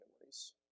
memories